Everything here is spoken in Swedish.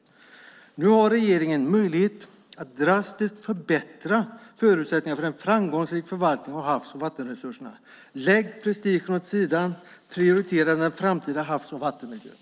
Nu har regeringen möjlighet att drastiskt förbättra förutsättningarna för en framgångsrik förvaltning av havs och vattenresurserna. Lägg prestigen åt sidan! Prioritera den framtida havs och vattenmiljön!